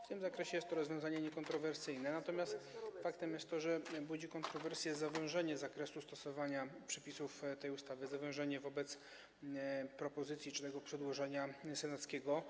W tym zakresie jest to rozwiązanie niekontrowersyjne, natomiast faktem jest to, że budzi kontrowersje zawężenie zakresu stosowania przepisów tej ustawy, zawężenie wobec propozycji czy przedłożenia senackiego.